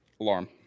Alarm